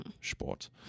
Sport